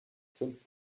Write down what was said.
fünf